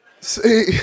See